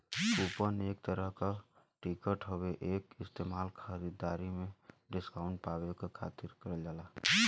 coupon एक तरह क टिकट हउवे एक इस्तेमाल खरीदारी में डिस्काउंट पावे क खातिर करल जाला